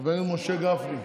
חבר הכנסת משה גפני,